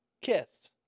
kiss